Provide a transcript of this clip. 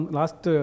last